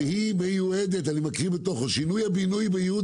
אני מקריא 'שהיא מיועדת לשינוי הבינוי בייעוד